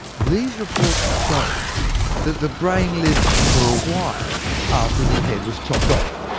these reports showed that the brain lived for a while after the head was chopped off.